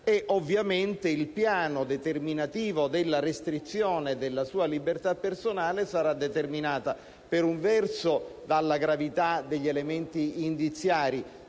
ovviamente il piano determinativo della restrizione della sua libertà personale sarà determinato, per un verso, dalla gravità degli elementi indiziari,